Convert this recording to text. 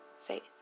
faith